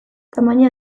tamaina